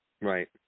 Right